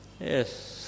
Yes